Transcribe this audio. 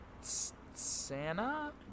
Santa